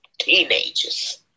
teenagers